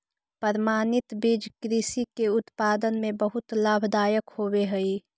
प्रमाणित बीज कृषि के उत्पादन में बहुत लाभदायक होवे हई